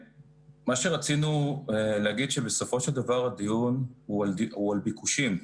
רצינו להגיד שבסופו של דבר הדיון הוא על ביקושים.